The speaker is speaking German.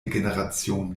generation